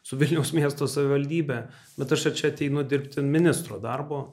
su vilniaus miesto savivaldybe bet aš va čia ateinu dirbti ministro darbo